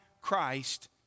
Christ